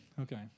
Okay